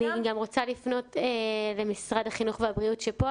אני גם רוצה לפנות למשרד החינוך והבריאות שפה,